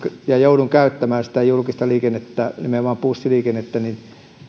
ja joudun käyttämään sitä julkista liikennettä nimenomaan bussiliikennettä on niin että